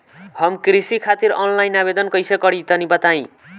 हम कृषि खातिर आनलाइन आवेदन कइसे करि तनि बताई?